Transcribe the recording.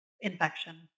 infection